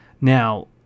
Now